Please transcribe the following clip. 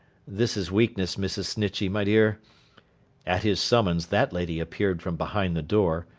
this is weakness. mrs. snitchey, my dear at his summons that lady appeared from behind the door,